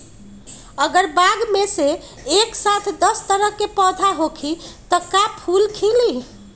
अगर बाग मे एक साथ दस तरह के पौधा होखि त का फुल खिली?